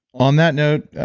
on that note,